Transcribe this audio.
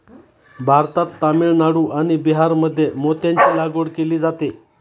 भारतात तामिळनाडू आणि बिहारमध्ये मोत्यांची लागवड केली जाते